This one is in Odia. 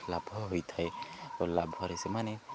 ଲାଭ ହୋଇଥାଏ ଓ ଲାଭରେ ସେମାନେ